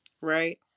right